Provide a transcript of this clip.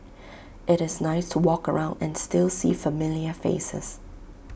IT is nice to walk around and still see familiar faces